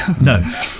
no